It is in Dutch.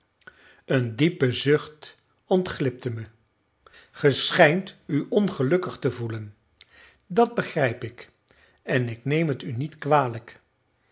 een diepe zucht ontglipte me gij schijnt u ongelukkig te gevoelen dat begrijp ik en ik neem het u niet kwalijk